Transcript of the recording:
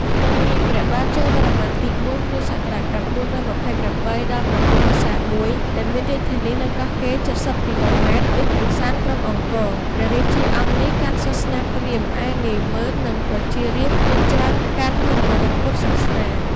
ក្នុងរាជ្យព្រះបាទជ័យវរ្ម័នទី ៤ (គ.ស. ៩២៨-៩៤១) ដែលមានរាជធានីនៅ កោះកេរ ៧០ គ.ម. ទិសឦសានក្រុងអង្គរ ព្រះរាជាអង្គនេះកាន់សាសនាព្រាហ្មណ៍ ឯនាម៉ឺន និង ប្រជារាស្ត្រភាគច្រើនកាន់និងគោរពព្រះពុទ្ធសាសនា ។